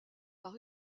par